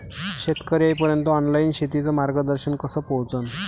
शेतकर्याइपर्यंत ऑनलाईन शेतीचं मार्गदर्शन कस पोहोचन?